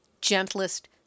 gentlest